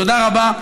תודה רבה.